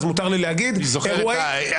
בממשלה, אז מותר לי להגיד - אירועי זוועה שהתרחשו.